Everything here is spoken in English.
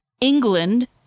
England